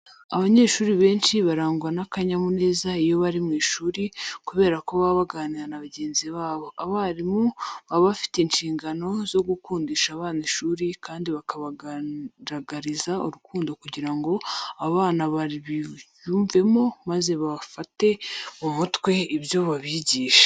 Abanyeshuri benshi barangwa n'akanyamuneza iyo bari mu ishuri kubera ko baba baganira na bagenzi babo. Abarimu baba bafite inshingano zo gukundisha abana ishuri kandi bakabagaragariza urukundo kugira ngo aba bana babiyumvemo maze bafate mu mutwe ibyo babigisha.